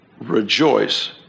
Rejoice